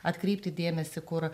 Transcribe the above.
atkreipti dėmesį kur